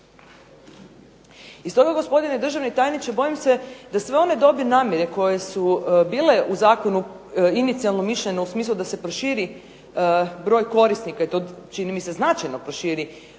I stoga gospodine državni tajniče bojim se da sve one dobre namjere koje su bile u zakonu inicijalno mišljenje u smislu da se proširi broj korisnika i to čini mi se značajno proširi